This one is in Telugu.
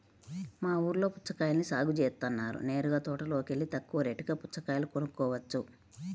మా ఊల్లో పుచ్చకాయల్ని సాగు జేత్తన్నారు నేరుగా తోటలోకెల్లి తక్కువ రేటుకే పుచ్చకాయలు కొనుక్కోవచ్చు